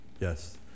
Yes